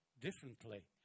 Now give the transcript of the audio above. differently